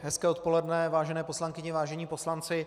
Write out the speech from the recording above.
Hezké odpoledne, vážené poslankyně, vážení poslanci.